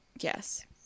Yes